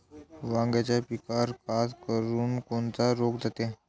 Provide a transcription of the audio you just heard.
वांग्याच्या पिकावर खासकरुन कोनचा रोग जाते?